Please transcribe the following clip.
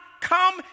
come